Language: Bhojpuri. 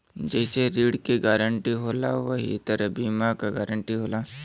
जइसे ऋण के गारंटी होला वही तरह बीमा क गारंटी होला